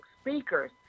speakers